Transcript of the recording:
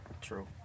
True